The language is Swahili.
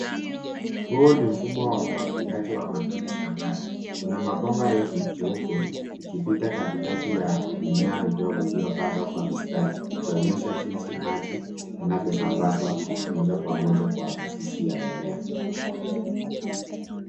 Huu ni mfumo wa umwagiliaji wa matone shambani. Kuna mambomba refu jeupe ikipita katikati ya mimea midogo iliyopandwa kwa mistari ikionyesha jinsi maji inavyosambazwa moja kwa moja kwa mzizi ya mimea.